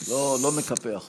לא נקפח אותך,